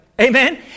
Amen